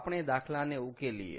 આપણે દાખલાને ઉકેલીએ